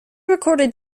recorded